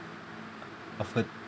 of hurt~